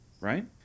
right